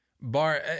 bar